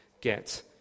get